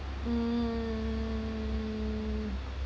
mm